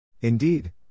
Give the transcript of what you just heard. Indeed